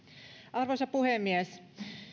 arvoisa puhemies